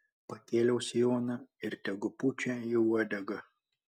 pakėliau sijoną ir tegu pučia į uodegą